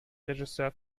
regisseur